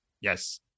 Yes